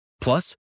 Plus